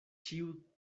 ĉiu